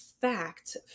fact